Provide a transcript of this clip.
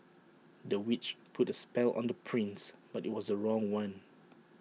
the witch put A spell on the prince but IT was A wrong one